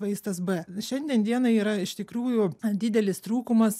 vaistas b šiandien dienai yra iš tikrųjų didelis trūkumas